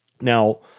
Now